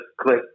click